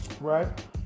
right